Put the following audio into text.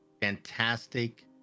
fantastic